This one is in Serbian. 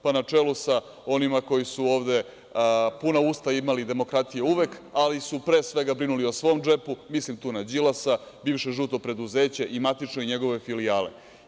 Pa, na čelu sa onima koji su ovde puna usta imali demokratije uvek ali su pre svega brinuli o svom džepu, mislim tu na Đilasa, bivše žuto preduzeće matično i njegove filijale.